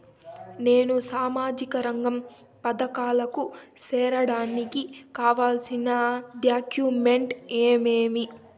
నేను సామాజిక రంగ పథకాలకు సేరడానికి కావాల్సిన డాక్యుమెంట్లు ఏమేమీ?